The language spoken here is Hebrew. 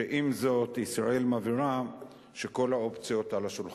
שעם זאת ישראל מבהירה שכל האופציות על השולחן.